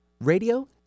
radio